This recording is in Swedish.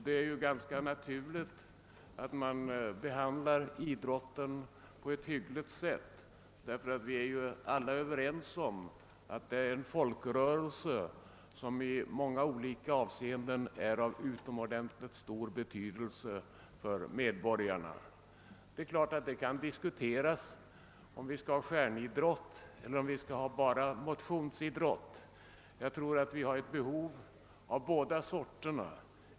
Det är ganska naturligt att man behandlar idrotten på ett hyggligt sätt. Vi är alla överens om att idrotten är en folkrörelse som i många olika avseenden har utomordentligt stor betydelse för medborgarna. Det är klart att det kan diskuteras om vi skall ha stjärnidrott eller bara motionsidrott. Jag tror att det finns ett behov av båda sorterna.